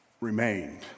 remained